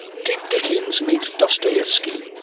did dickens meet dostoevsky?